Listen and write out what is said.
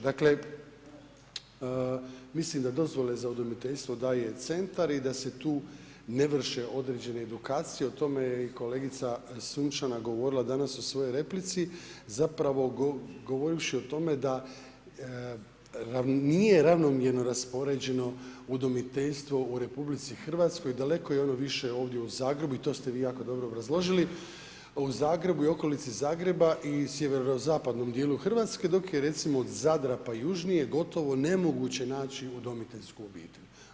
Dakle mislim da dozvole za dozvole za udomiteljstvo daje centar i da se tu ne vrše određene edukacije, o tome je i kolegice Sunčana govorila danas u svojoj replici, zapravo govorivši o tome da nije ravnomjerno raspoređeno udomiteljstvo u RH, daleko je ono više u Zagrebu i to ste vi jako dobro obrazložili a u Zagrebu i okolici Zagreba i sjeverozapadnom dijelu Hrvatske dok je recimo od Zadra pa južnije gotovo nemoguće naći udomiteljsku obitelj.